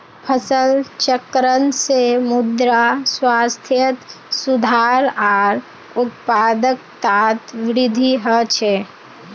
फसल चक्रण से मृदा स्वास्थ्यत सुधार आर उत्पादकतात वृद्धि ह छे